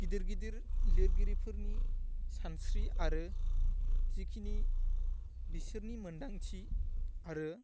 गिदिर गिदिर लिरगिरिफोरनि सानस्रि आरो जिखिनि बिसोरनि मोनदांथि आरो